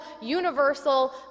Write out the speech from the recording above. universal